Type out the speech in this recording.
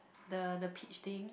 the the peach thing